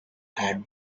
had